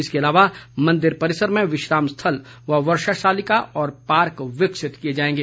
इसके अलावा मंदिर परिसर में विश्राम स्थल व वर्षा शालिका और पार्क विकसित किए जाएंगे